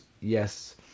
yes